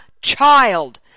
child